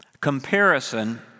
Comparison